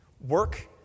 Work